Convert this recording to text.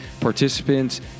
participants